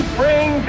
bring